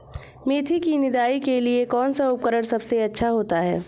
मेथी की निदाई के लिए कौन सा उपकरण सबसे अच्छा होता है?